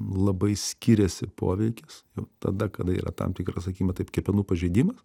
labai skiriasi poveikis jau tada kada yra tam tikras sakykime taip kepenų pažeidimas